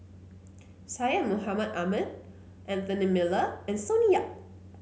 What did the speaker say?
Syed Mohamed Ahmed Anthony Miller and Sonny Yap